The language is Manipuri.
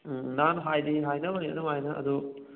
ꯎꯝ ꯎꯝ ꯅꯍꯥꯟ ꯍꯥꯏꯗꯤ ꯍꯥꯏꯅꯕꯅꯤ ꯑꯗꯨꯃꯥꯏꯅ ꯑꯗꯨ